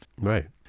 Right